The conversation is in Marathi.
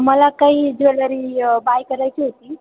मला काही ज्वेलरी बाय करायची होती